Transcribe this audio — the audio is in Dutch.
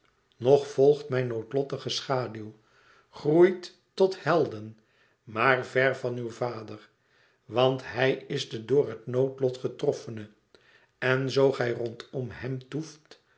nch volgt mijn noodlottige schaduw groeit tot helden maar ver van uw vader want hij is de door het noodlot getroffene en zoo gij rondom hèm toeft